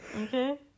Okay